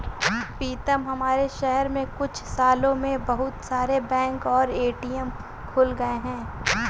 पीतम हमारे शहर में कुछ सालों में बहुत सारे बैंक और ए.टी.एम खुल गए हैं